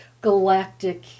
galactic